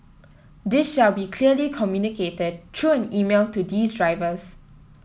this shall be clearly communicated through an email to these drivers